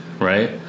Right